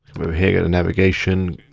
here to navigation,